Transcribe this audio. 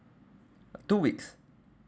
two weeks